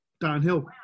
downhill